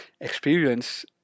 experience